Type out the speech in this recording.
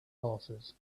horses